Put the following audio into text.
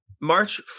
March